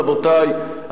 רבותי,